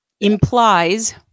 implies